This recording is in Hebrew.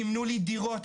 מימנו לי דירות,